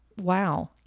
wow